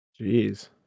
Jeez